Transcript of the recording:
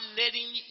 letting